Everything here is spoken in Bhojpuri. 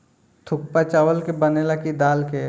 थुक्पा चावल के बनेला की दाल के?